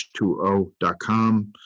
H2O.com